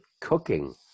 cooking